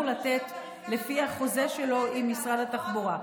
לתת לפי החוזה שלו עם משרד התחבורה.